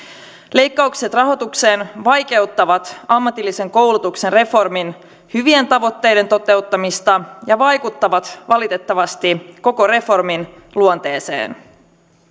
leikkaukset rahoitukseen vaikeuttavat ammatillisen koulutuksen reformin hyvien tavoitteiden toteuttamista ja vaikuttavat valitettavasti koko reformin luonteeseen